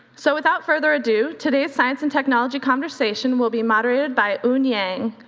so without further ado, today's science and technology conversation will be moderated by un yang.